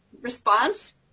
response